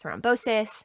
thrombosis